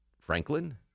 Franklin